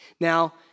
Now